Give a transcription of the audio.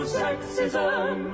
sexism